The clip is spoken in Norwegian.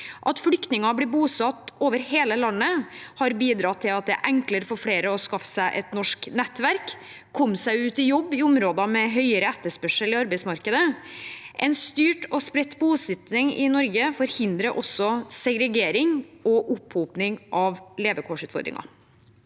At flyktninger blir bosatt over hele landet, har bidratt til at det er enklere for flere å skaffe seg et norsk nettverk og komme seg ut i jobb i områder med høyere etterspørsel i arbeidsmarkedet. En styrt og spredt bosetting i Norge forhindrer også segregering og opphoping av levekårsutfordringer.